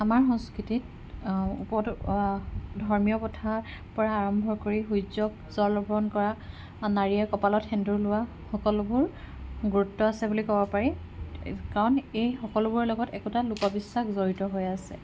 আমাৰ সংস্কৃতিত ক'তো ধৰ্মীয় কথাৰ পৰা আৰম্ভ কৰি সূৰ্য্যক জল অৰ্পণ কৰা নাৰীয়ে কপালত সেন্দুৰ লোৱা সকলোবোৰ গুৰুত্ব আছে বুলি ক'ব পাৰি কাৰণ এই সকলোবোৰৰ লগত একোটা লোকবিশ্বাস জড়িত হৈ আছে